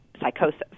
psychosis